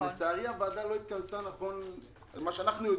לצערי הוועדה לא התכנסה, נכון למה שאנחנו יודעים.